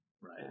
Right